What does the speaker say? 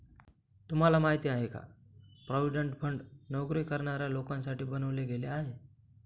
तुम्हाला माहिती आहे का? प्रॉव्हिडंट फंड नोकरी करणाऱ्या लोकांसाठी बनवले गेले आहे